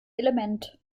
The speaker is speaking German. element